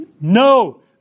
No